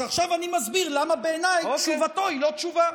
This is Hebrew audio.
אז עכשיו אני מסביר למה בעיניי תשובתו היא לא תשובה.